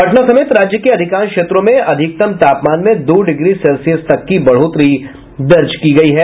पटना समेत राज्य के अधिकांश क्षेत्रों में अधिकतम तापमान में दो डिग्री सेल्सियस तक की बढ़ोतरी दर्ज की गयी है